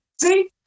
See